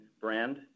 brand